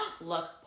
look